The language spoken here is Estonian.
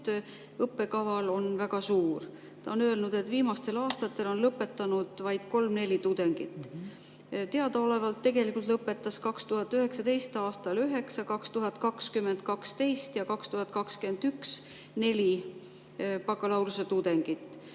õppekaval on väga suur. Ta on öelnud, et viimastel aastatel on lõpetanud vaid kolm-neli tudengit. Teadaolevalt tegelikult lõpetas 2019. aastal üheksa, 2020. aastal 12 ja 2021 neli bakalaureuseõppe tudengit.